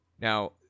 Now